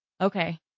okay